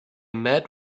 met